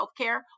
healthcare